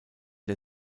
der